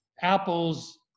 Apple's